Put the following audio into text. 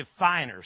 definers